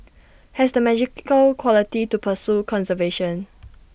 has the magical quality to pursue conservation